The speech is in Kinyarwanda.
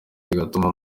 bigatuma